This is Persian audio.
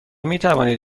میتوانید